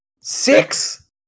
Six